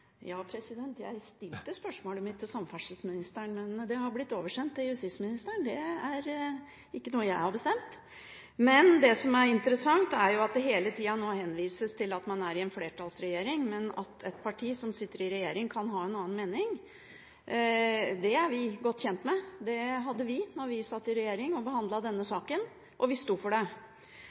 Jeg stilte spørsmålet mitt til samferdselsministeren, men det har blitt oversendt til justisministeren. Det er ikke noe jeg har bestemt. Det som er interessant, er at det nå hele tiden henvises til at man er i en mindretallsregjering, men at et parti som sitter i regjering, kan ha en annen mening. Det er vi godt kjent med. Det hadde vi da vi satt i regjering og behandlet denne saken, og vi sto for det.